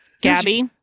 Gabby